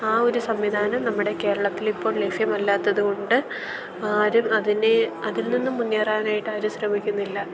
ആ ഒരു സംവിധാനം നമ്മടെ കേരളത്തിൽ ഇപ്പോൾ ലഭ്യമല്ലാത്തത് കൊണ്ട് ആരും അതിനെ അതിൽ നിന്നും മുന്നേറാനായിട്ട് ആരും ശ്രമിക്കുന്നില്ല